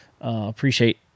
appreciate